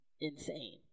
insane